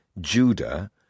Judah